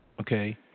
okay